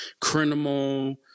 criminal